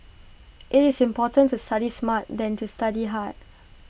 IT is more important to study smart than to study hard